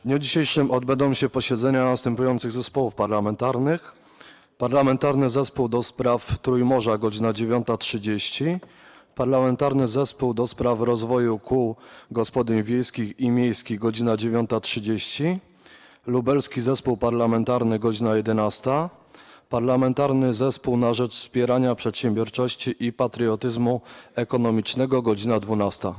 W dniu dzisiejszym odbędą się posiedzenia następujących zespołów parlamentarnych: - Parlamentarnego Zespołu ds. Trójmorza - godz. 9.30, - Parlamentarnego Zespołu ds. Rozwoju Kół Gospodyń Wiejskich i Miejskich - godz. 9.30, - Lubelskiego Zespołu Parlamentarnego - godz. 11, - Parlamentarnego Zespołu na rzecz Wspierania Przedsiębiorczości i Patriotyzmu Ekonomicznego - godz. 12.